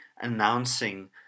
announcing